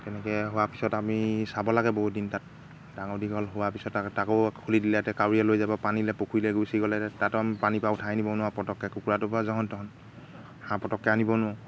তেনেকৈ হোৱাৰ পিছত আমি চাব লাগে বহুত দিন তাত ডাঙৰ দীঘল হোৱা পিছত তাক তাকো খুলি দিলে এতিয়া কাউৰীয়ে লৈ যাব পানীলৈ পুখুৰীলৈ গুচি গ'লে তাতো আমি পানী পৰা উঠাই আনিব নোৱাৰোঁ পতককৈ কুকুৰাটো বাৰু যেন তেন হাঁহ পতককৈ আনিব নোৱাৰোঁ